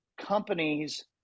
companies